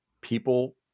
people